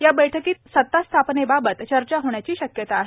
या बैठकीत सत्ता स्थापनेबाबत चर्चा होण्याची शक्यता आहे